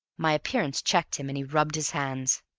my appearance checked him, and he rubbed his hands.